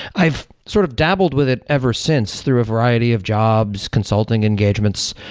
i've sort of dabbled with it ever since through a variety of jobs, consulting engagements,